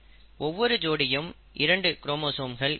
ஒவ்வொரு ஜோடியும் இரண்டு குரோமோசோம்கள் இருக்கும்